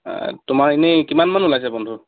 তোমাৰ এনেই কিমানমান ওলাইছে বন্ধু